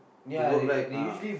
to work right ah